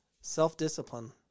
self-discipline